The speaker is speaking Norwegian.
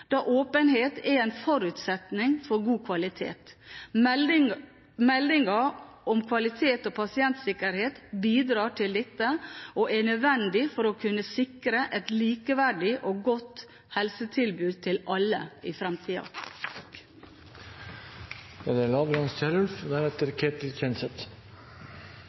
da åpenhet er en forutsetning for god kvalitet. Meldingen om kvalitet og pasientsikkerhet bidrar til dette og er nødvendig for å kunne sikre et likeverdig og godt helsetilbud til alle i